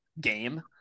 game